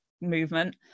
movement